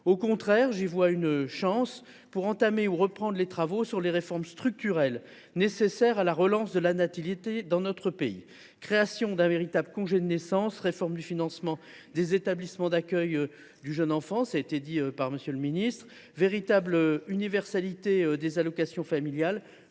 au contraire, une chance pour entamer ou reprendre des travaux sur les réformes structurelles nécessaires à la relance de la natalité dans notre pays : création d’un véritable congé de naissance, réforme du financement des établissements d’accueil du jeune enfant – comme l’a dit M. le ministre des solidarités –, ou encore véritable universalité des allocations familiales.